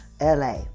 LA